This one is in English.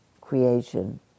creation